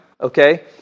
okay